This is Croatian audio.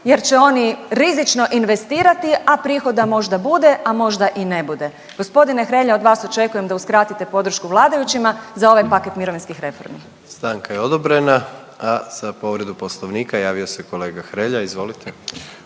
jer će oni rizično investirati, a prihoda možda bude, a možda i ne bude. Gospodine Hrelja od vas očekujem da uskratite podršku vladajućima za ovaj paket mirovinskih reformi. **Jandroković, Gordan (HDZ)** Stanka je odobrena, a za povredu Poslovnika javio se kolega Hrelja. Izvolite.